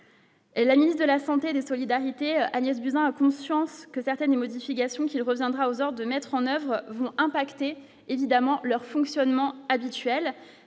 la ministre de la Santé et des solidarités Agnès Buzyn, a conscience que certaines modifications qu'il reviendra aux heures de mettre en oeuvre vont impacter évidemment leur fonctionnement habituel